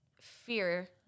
fear